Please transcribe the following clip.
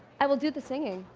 i will do the singing.